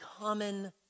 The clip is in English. common